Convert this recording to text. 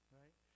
right